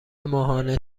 ماهانه